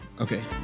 Okay